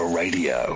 radio